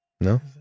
No